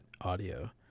audio